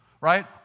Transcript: right